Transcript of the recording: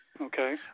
Okay